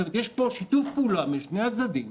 יש פה שיתוף פעולה בין שני הצדדים,